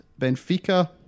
Benfica